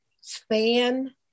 span